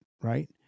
right